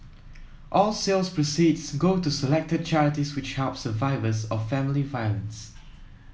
all sales proceeds go to selected charities which help survivors of family violence